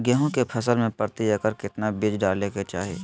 गेहूं के फसल में प्रति एकड़ कितना बीज डाले के चाहि?